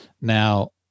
Now